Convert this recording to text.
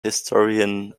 historian